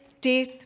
death